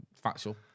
factual